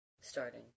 starting